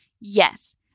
Yes